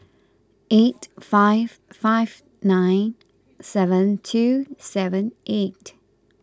eight five five nine seven two seven eight